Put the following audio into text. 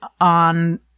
on